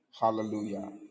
Hallelujah